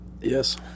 Yes